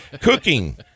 cooking